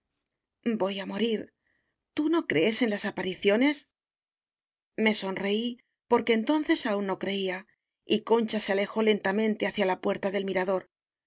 voy á morir tú no crees en las apariciones me sonreí porque entonces aún no creía y concha se alejó lentamente hacia la puerta del mirador